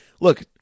Look